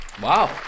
Wow